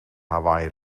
hawaï